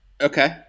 Okay